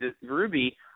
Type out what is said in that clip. Ruby